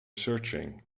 searching